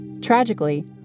Tragically